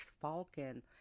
Falcon